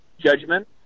Judgment